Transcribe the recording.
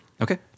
Okay